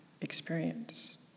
experience